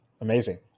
Amazing